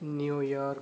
New York